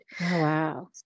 Wow